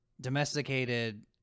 domesticated